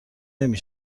نمی